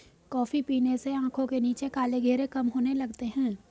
coffee पीने से आंखों के नीचे काले घेरे कम होने लगते हैं